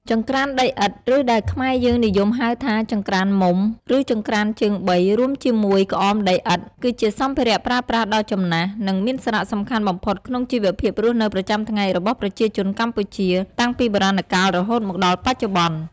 ចង្ក្រានដីឥដ្ឋ ឬដែលខ្មែរយើងនិយមហៅថា ចង្ក្រានមុំ ឬ ចង្ក្រានជើងបី រួមជាមួយ ក្អមដីឥដ្ឋ គឺជាសម្ភារៈប្រើប្រាស់ដ៏ចំណាស់ និងមានសារៈសំខាន់បំផុតក្នុងជីវភាពរស់នៅប្រចាំថ្ងៃរបស់ប្រជាជនកម្ពុជា តាំងពីបុរាណកាលរហូតមកដល់បច្ចុប្បន្ន។